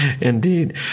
Indeed